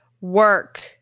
work